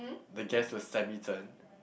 the dress was semitone